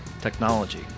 technology